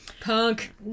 Punk